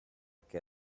che